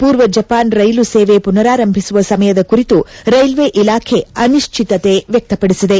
ಪೂರ್ವ Japan rail ಸೇವೆ ಪುನರಾರಂಭಿಸುವ ಸಮಯದ ಕುರಿತು ರೈಲ್ವೇ ಇಲಾಖೆ ಅನಿಶ್ಚಿತತೆ ವ್ಯಕ್ತಪಡಿಸಿದೆ